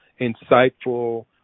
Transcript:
insightful